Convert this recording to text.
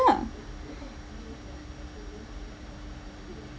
yeah